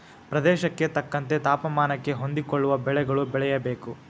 ಪ್ರದೇಶಕ್ಕೆ ತಕ್ಕಂತೆ ತಾಪಮಾನಕ್ಕೆ ಹೊಂದಿಕೊಳ್ಳುವ ಬೆಳೆಗಳು ಬೆಳೆಯಬೇಕು